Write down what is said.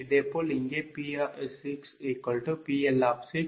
இதேபோல் இங்கே P6 PL Q6 QL